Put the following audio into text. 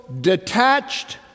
detached